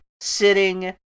sitting